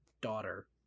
daughter